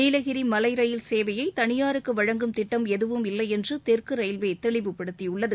நீலகிரி மலை ரயில் சேவையை தனியாருக்கு வழங்கும் திட்டம் எதுவும் இல்லையென்று தெற்கு ரயில்வே தெளிவுபடுத்தியுள்ளது